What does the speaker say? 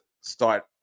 start